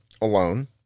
alone